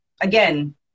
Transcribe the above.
again